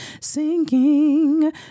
sinking